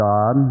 God